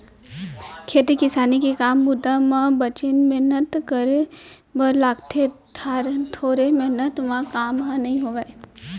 खेती किसानी के काम बूता म बनेच मेहनत करे बर लागथे थोरे मेहनत म काम ह नइ होवय